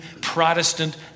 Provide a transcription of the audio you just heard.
Protestant